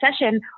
session